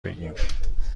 بگیم